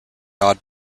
odd